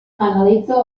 analitza